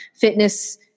fitness